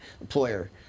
employer